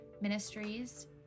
Ministries